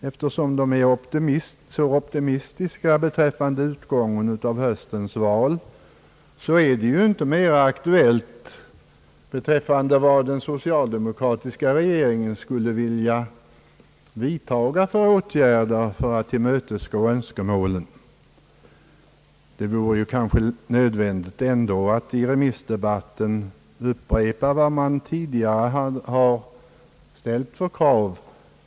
Eftersom de är så optimistiska beträffande utgången av höstens val är väl frågan om vad den socialdemokratiska regeringen skulle vilja vidta för åtgärder för att tillmötesgå önskemålen inte längre aktuell. Det vore kanske ändå nödvändigt att i remissdebatten upprepa vad man tidigare har ställt för krav.